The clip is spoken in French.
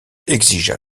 exigea